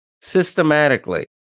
systematically